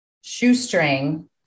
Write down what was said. shoestring